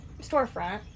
storefront